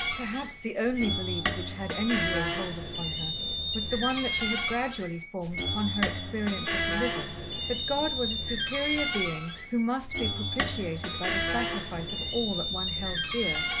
perhaps the only belief which had any real hold upon her was the one that she had gradually formed upon her experience of the living that god was a superior being who must be propitiated by the sacrifice of all that one held dear,